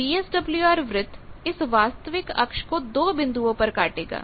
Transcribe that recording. तो वीएसडब्ल्यूआर वृत्त इस वास्तविक अक्ष को दो बिंदुओं पर काटेगा